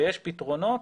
ויש פתרונות,